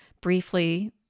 briefly